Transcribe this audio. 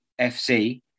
FC